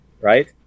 right